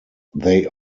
they